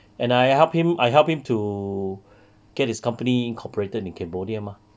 and I help him I helped him to get his company corporated in cambodia mah